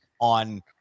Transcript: on